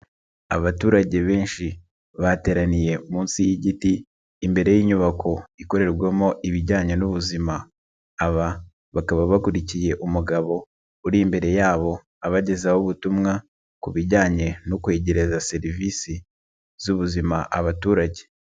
Abaturage benshi bateraniye munsi y'igiti imbere y'inyubako ikorerwamo ibijyanye n'ubuzima, aba bakaba bakurikiye umugabo uri imbere yabo abagezaho ubutumwa, ku bijyanye no kwegereza serivisi z'ubuzima abaturage.